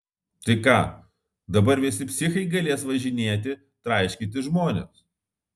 tai ką dabar visi psichai galės važinėti traiškyti žmones